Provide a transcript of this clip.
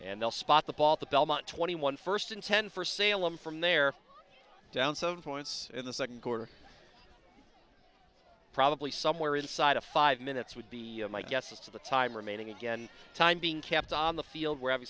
and they'll spot the ball the belmont twenty one first and ten for salem from there down seven points in the second quarter probably somewhere inside of five minutes would be my guess as to the time remaining again time being kept on the field where